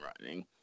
running